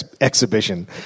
exhibition